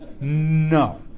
no